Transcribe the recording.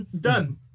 done